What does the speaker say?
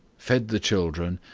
fed the children,